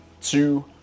two